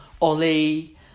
Ollie